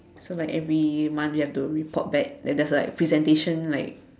so like every month you have to report back then there's like presentation like